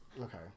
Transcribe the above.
Okay